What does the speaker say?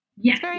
Yes